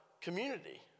community